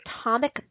atomic